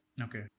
Okay